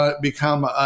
become